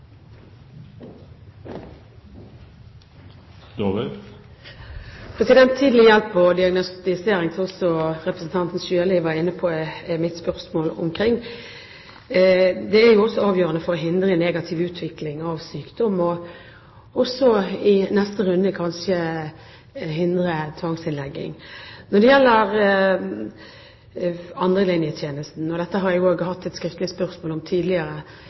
også avgjørende for å hindre en negativ utvikling av sykdom og i neste runde kanskje hindre tvangsinnlegging. Når det gjelder andrelinjetjenesten – dette har jeg også sendt et skriftlig spørsmål om tidligere